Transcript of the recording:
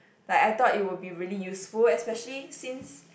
like I thought it would be really useful especially since